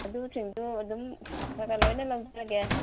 ꯑꯗꯨꯁꯤꯡꯗꯨ ꯑꯗꯨꯝ ꯈꯔ ꯈꯔ ꯂꯣꯏꯅ ꯂꯧꯖꯒꯦ